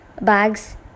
Bags